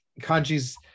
Kanji's